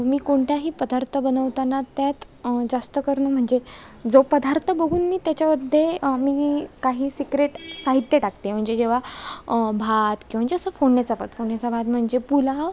मी कोणताही पदार्थ बनवताना त्यात जास्त करून म्हणजे जो पदार्थ बघून मी त्याच्यामध्ये मी काही सिक्रेट साहित्य टाकते म्हणजे जेव्हा भात म्हणजे असं फोडणीचा भात फोडणीचा भात म्हणजे पुलाव